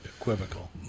equivocal